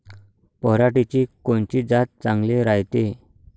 पऱ्हाटीची कोनची जात चांगली रायते?